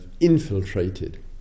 infiltrated